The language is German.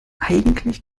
eigentlich